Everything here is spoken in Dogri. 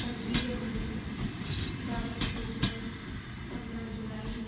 पंजी जनबरी दस अक्टूबर पंदरां जुलाई